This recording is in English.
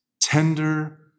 tender